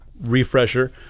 refresher